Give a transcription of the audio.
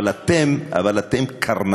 אבל אתם קרנפים.